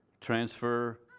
transfer